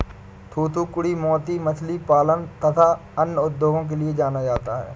थूथूकुड़ी मोती मछली पालन तथा अन्य उद्योगों के लिए जाना जाता है